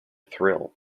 thrill